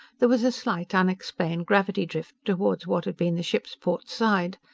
there was a slight, unexplained gravity-drift toward what had been the ship's port side.